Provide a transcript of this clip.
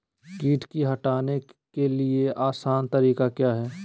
किट की हटाने के ली आसान तरीका क्या है?